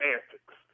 Antics